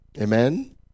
Amen